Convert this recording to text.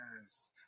Yes